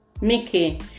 Mickey